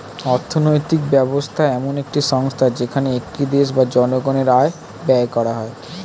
অর্থনৈতিক ব্যবস্থা এমন একটি সংস্থা যেখানে একটি দেশ বা জনগণের আয় ব্যয় করা হয়